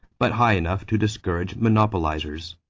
but high enough to discourage monopolizers.